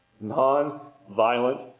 Non-violent